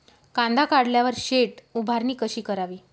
कांदा काढल्यावर शेड उभारणी कशी करावी?